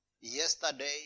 yesterday